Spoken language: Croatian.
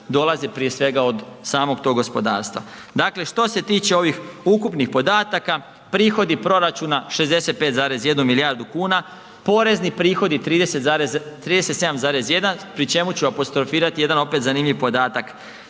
dolazi prije svega od samog tog gospodarstva. Dakle, što se tiče ovih ukupnih podataka prihodi proračuna 65,1 milijardu kuna, porezni prihodi 37,1 pri čemu ću apostrofirati opet jedan zanimljiv podatak.